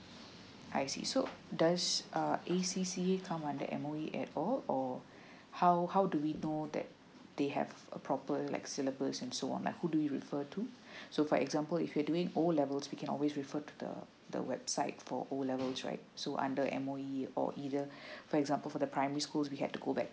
I see so does uh A_C_C_A come under M_O_E at all or how how do we know that they have a proper like syllables and so on or who do you refer to so for example if you doing O levels we can always refer to the the website for O level right so under M_O_E or either for example for the primary schools we had to go back